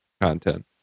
content